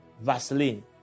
Vaseline